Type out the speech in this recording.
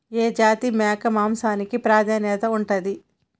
ఏ జాతి మేక మాంసానికి ప్రాధాన్యత ఉంటది?